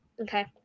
Okay